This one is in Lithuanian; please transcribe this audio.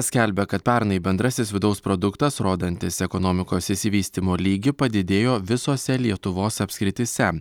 skelbia kad pernai bendrasis vidaus produktas rodantis ekonomikos išsivystymo lygį padidėjo visose lietuvos apskrityse